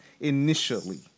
initially